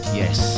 yes